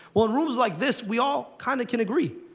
well, in rooms like this, we all kind of can agree,